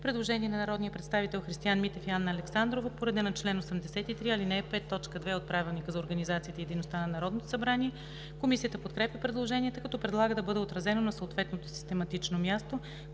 Предложение на народните представители Христиан Митев и Анна Александрова по реда на чл. 83, ал. 5, т. 2 от Правилника за организацията и дейността на Народното събрание. Комисията подкрепя предложението, като предлага да бъде отразено на съответното систематичното място.